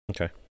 Okay